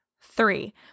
three